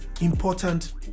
important